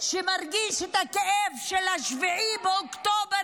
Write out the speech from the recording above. שמרגיש את הכאב של 7 באוקטובר,